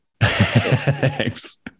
Thanks